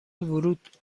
ورود